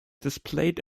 displayed